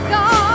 God